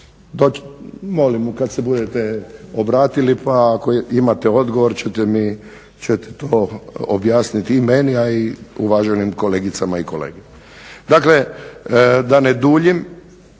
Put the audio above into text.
rada? Molim kad se budete obratili pa ako imate odgovor ćete mi to objasniti, i meni a i uvaženim kolegicama i kolegama. Dakle, da ne duljim